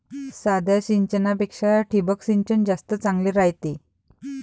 साध्या सिंचनापेक्षा ठिबक सिंचन जास्त चांगले रायते